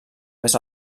més